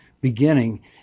beginning